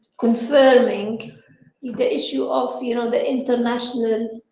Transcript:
confirming the issue of you know the international